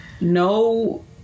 no